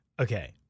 okay